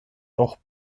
auch